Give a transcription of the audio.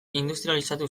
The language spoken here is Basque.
industrializatu